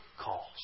calls